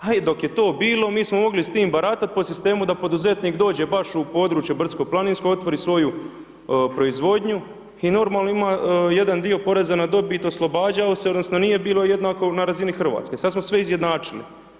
A dok je to bilo, mi smo mogli s tim baratat po sistemu da poduzetnik dođe baš u područje brdsko-planinsko, otvori svoju proizvodnju i normalno ima jedan dio poreza na dobit, oslobađao se, odnosno nije bilo jednako na razini Hrvatske, sad smo sve izjednačili.